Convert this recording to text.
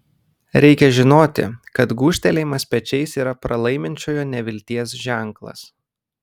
reikia žinoti kad gūžtelėjimas pečiais yra pralaiminčiojo nevilties ženklas